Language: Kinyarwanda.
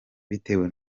bitewe